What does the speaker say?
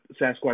Sasquatch